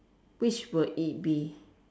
which will it be